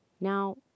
Now